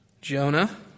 Jonah